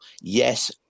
Yes